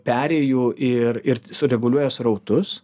perėjų ir ir sureguliuoja srautus